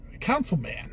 councilman